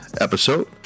episode